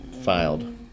filed